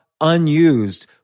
unused